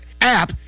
app